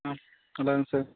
ஆ நல்லாருக்கேன் சார்